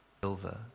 silver